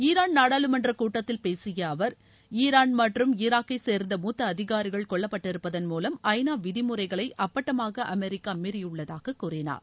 ஈராள் நாடாளுமன்ற கூட்டத்தில் பேசிய அவர் ஈராள் மற்றும் ஈராக்கைச் சேர்ந்த மூத்த அதிகாரிகள் கொல்லப்பட்டிருப்பதன் மூலம் ஐநா விதிமுறைகளை அப்பட்டமாக அமெரிக்கா மீறியுள்ளதூக கூறினார்